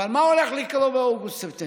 אבל מה הולך לקרות באוגוסט-ספטמבר?